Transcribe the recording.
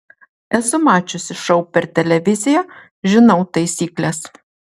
esu mačiusi šou per televiziją žinau taisykles